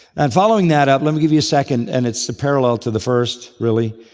and following that up, let me give you a second, and it's the parallel to the first, really.